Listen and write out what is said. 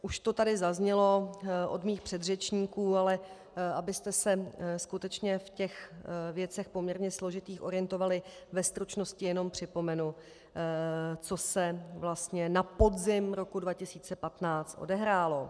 Už to tady zaznělo od mých předřečníků, ale abyste se skutečně v těch věcech, poměrně složitých, orientovali, ve stručnosti jenom připomenu, co se vlastně na podzim roku 2015 odehrálo.